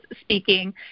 speaking